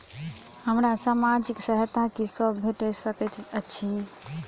हमरा सामाजिक सहायता की सब भेट सकैत अछि?